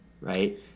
right